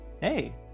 Hey